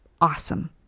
awesome